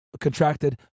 contracted